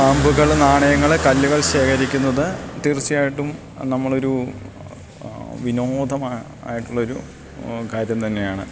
സ്റ്റാമ്പുകളും നാണയങ്ങളും കല്ലുകൾ ശേഖരിക്കുന്നത് തീർച്ചയായിട്ടും നമ്മുടെയൊരു വിനോദമായിട്ടുള്ളൊരു കാര്യം തന്നെയാണ്